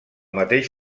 mateix